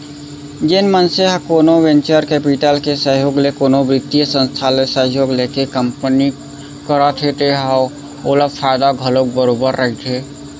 जेन मनसे ह कोनो वेंचर कैपिटल के सहयोग ले कोनो बित्तीय संस्था ले सहयोग लेके कंपनी खड़े करत हे त ओला फायदा घलोक बरोबर रहिथे